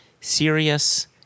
Serious